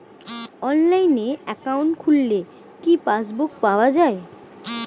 অনলাইনে একাউন্ট খুললে কি পাসবুক পাওয়া যায়?